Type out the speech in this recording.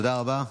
תודה רבה.